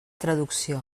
traducció